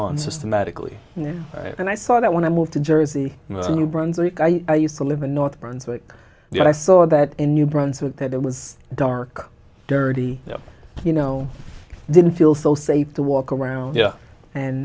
on systematically and i saw that when i moved to jersey new brunswick i used to live in north brunswick but i saw that in new brunswick that it was dark dirty you know i didn't feel so safe to walk around and